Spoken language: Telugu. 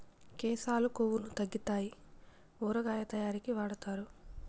కేశాలు కొవ్వును తగ్గితాయి ఊరగాయ తయారీకి వాడుతారు